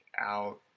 out